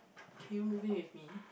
can you move in with me